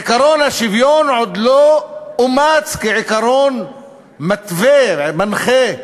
עקרון השוויון עוד לא אומץ כעיקרון מתווה, מנחה,